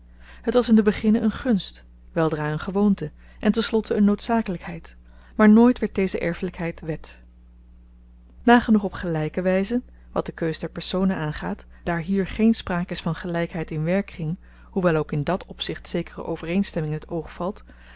het was in den beginne een gunst weldra een gewoonte en ten slotte een noodzakelykheid maar nooit werd deze erfelykheid wet nagenoeg op gelyke wyze wat de keus der personen aangaat daar hier geen spraak is van gelykheid in werkkring hoewel ook in dit opzicht zekere overeenstemming in t oog valt staat